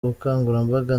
ubukangurambaga